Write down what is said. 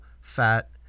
fat